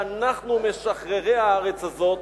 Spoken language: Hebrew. ואנחנו משחררי הארץ הזאת,